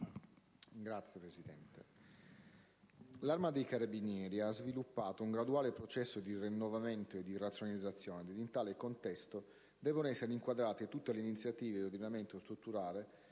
Signora Presidente, l'Arma dei carabinieri ha sviluppato un graduale processo di rinnovamento e di razionalizzazione ed è in tale contesto che devono inquadrarsi tutte le iniziative di ordinamento strutturale